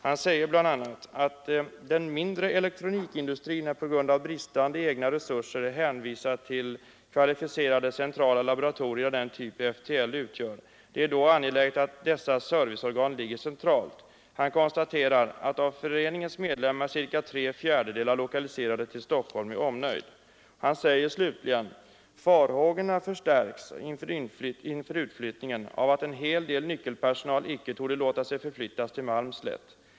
Han säger bl.a.: ”Den mindre elektronikindustrin är pga bristande egna resurser hänvisad till kvalificerade centrala laboratorier av den typ FTL utgör. Det är då angeläget att dessa serviceorgan ligger centralt.” Föreningens talesman konstaterar att ca tre fjärdedelar av medlemmarna är lokaliserade till Stockholm med omnejd, och han säger slutligen: ”Farhågorna förstärks av att en hel del nyckelpersonal icke torde låta sig förflyttas till Malmslätt.